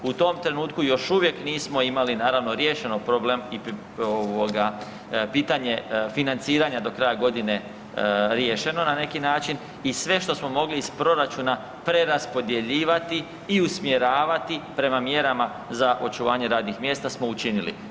U tom trenutku još uvijek nismo imali, naravno riješen problem i ovoga, pitanje financiranje do kraja godine riješeno na neki način i sve što smo mogli iz proračuna preraspodjeljivati i usmjeravati prema mjerama za očuvanje radnih mjesta smo učinili.